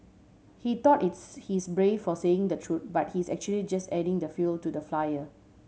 he thought he's brave for saying the truth but he's actually just adding the fuel to the flyer